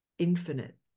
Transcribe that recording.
Infinite